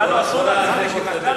לא,